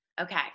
Okay